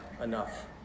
enough